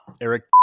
Eric